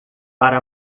para